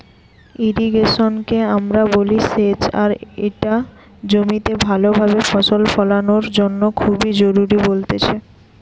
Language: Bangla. ইর্রিগেশন কে আমরা বলি সেচ আর ইটা জমিতে ভালো ভাবে ফসল ফোলানোর জন্য খুবই জরুরি বলতেছে